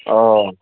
ओ